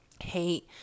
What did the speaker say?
hate